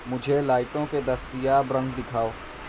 مجھے لائٹوں کے دستیاب رنگ دکھاؤ